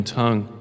tongue